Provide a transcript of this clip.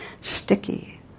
sticky